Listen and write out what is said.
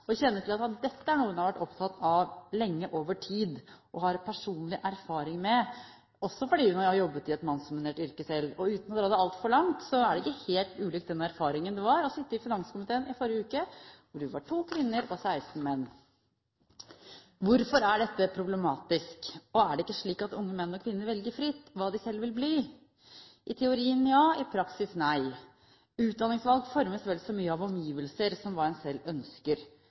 og jeg kjenner til at dette er noe hun har vært opptatt av lenge og har personlig erfaring med, også fordi hun har jobbet i et mannsdominert yrke selv. Uten å dra det altfor langt er det ikke helt ulikt den erfaringen det var å sitte i finanskomiteen i forrige periode, hvor det var to kvinner og 16 menn. Hvorfor er dette problematisk? Er det ikke slik at unge menn og kvinner velger fritt hva de selv vil bli? I teorien ja, i praksis nei; utdanningsvalg formes vel så mye av omgivelser som av hva en selv ønsker.